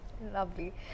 Lovely